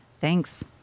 Thanks